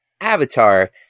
Avatar